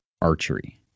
archery